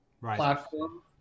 platform